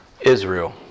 Israel